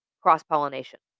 cross-pollination